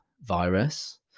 virus